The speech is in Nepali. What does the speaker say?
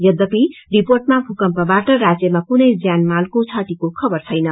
यद्यपि रिर्पोटमा भूकम्पबाट राज्यमा कुनै ज्यान मालको क्षतिको खबर छैन